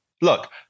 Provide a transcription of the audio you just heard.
Look